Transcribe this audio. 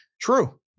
true